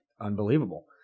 unbelievable